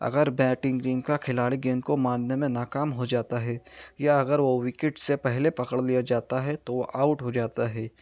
اگر batting team کا کھلاڑی گیند کو مارنے میں ناکام ہو جاتا ہے یا اگر وہ وکٹ سے پہلے پکڑ لیا جاتا ہے تو وہ آؤٹ ہو جاتا ہے